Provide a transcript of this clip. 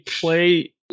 play